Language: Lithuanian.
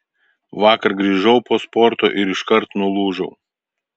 vakar grįžau po sporto ir iškart nulūžau